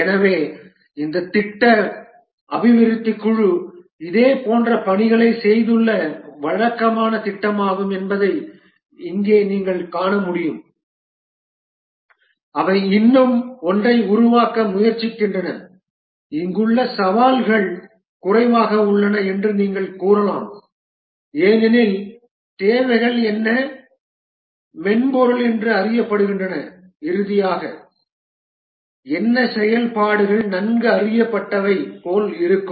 எனவே இந்த திட்டம் அபிவிருத்தி குழு இதேபோன்ற பணிகளைச் செய்துள்ள வழக்கமான திட்டமாகும் என்பதை இங்கே நீங்கள் காண முடியும் அவை இன்னும் ஒன்றை உருவாக்க முயற்சிக்கின்றன இங்குள்ள சவால்கள் குறைவாக உள்ளன என்று நீங்கள் கூறலாம் ஏனெனில் தேவைகள் என்ன மென்பொருள் என்று அறியப்படுகின்றன இறுதியாக என்ன செயல்பாடுகள் நன்கு அறியப்பட்டவை போல் இருக்கும்